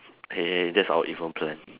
hey that's our evil plan